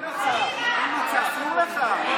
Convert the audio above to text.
אסור לך.